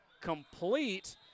complete